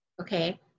okay